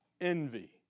envy